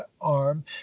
arm